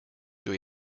doe